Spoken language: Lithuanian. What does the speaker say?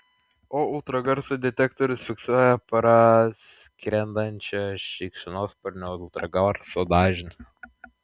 o ultragarso detektorius fiksuoja praskrendančio šikšnosparnio ultragarso dažnį